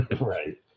right